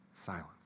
Silence